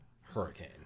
hurricane